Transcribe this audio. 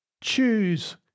Choose